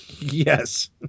Yes